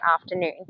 afternoon